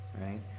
right